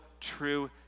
true